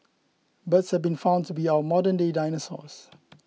birds have been found to be our modernday dinosaurs